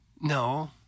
No